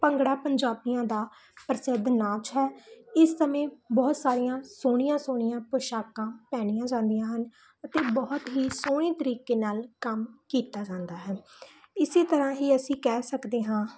ਭੰਗੜਾ ਪੰਜਾਬੀਆਂ ਦਾ ਪ੍ਰਸਿੱਧ ਨਾਚ ਹੈ ਇਸ ਸਮੇਂ ਬਹੁਤ ਸਾਰੀਆਂ ਸੋਹਣੀਆਂ ਸੋਹਣੀਆਂ ਪੋਸ਼ਾਕਾਂ ਪਹਿਨੀਆਂ ਜਾਂਦੀਆਂ ਹਨ ਅਤੇ ਬਹੁਤ ਹੀ ਸੋਹਣੇ ਤਰੀਕੇ ਨਾਲ ਕੰਮ ਕੀਤਾ ਜਾਂਦਾ ਹੈ ਇਸ ਤਰ੍ਹਾਂ ਹੀ ਅਸੀਂ ਕਹਿ ਸਕਦੇ ਹਾਂ